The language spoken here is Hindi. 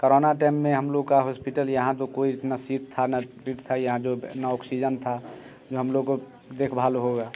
करोना टाइम में हम लोग का हॉस्पिटल यहाँ तो कोई न सीट था न था यहाँ जो न ऑक्सीजन था जो हम लोग का देखभाल होगा